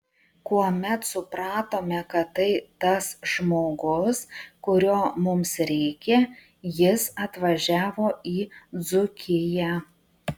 kuomet supratome kad tai tas žmogus kurio mums reikia jis atvažiavo į dzūkiją